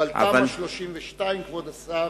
אבל תמ"א 32, כבוד השר,